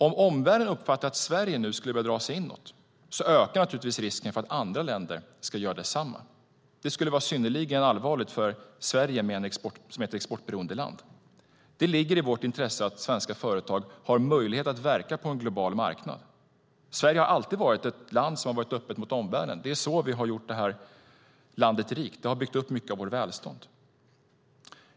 Om omvärlden uppfattar att Sverige nu skulle börja dra sig inåt ökar naturligtvis risken för att andra länder ska göra detsamma. Det skulle vara synnerligen allvarligt för Sverige som är ett exportberoende land. Det ligger i vårt intresse att svenska företag har möjlighet att verka på en global marknad. Sverige har alltid varit ett land som har varit öppet mot omvärlden. Det är så vi har gjort det här landet rikt. Det har byggt upp mycket av vårt välstånd.